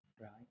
right